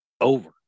over